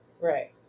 Right